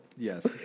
Yes